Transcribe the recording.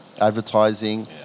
advertising